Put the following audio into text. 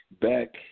Back